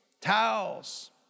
towels